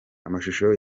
amashusho